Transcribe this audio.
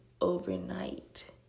overnight